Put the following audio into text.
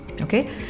Okay